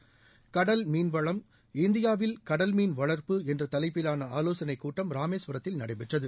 கடல் மீன்வளம் இந்தியாவில் கடல்மீன் வளங்ப்பு என்ற தலைப்பிவான ஆலோசனை கூட்டம் ராமேஸ்வரத்தில் நடைபெற்றது